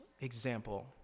example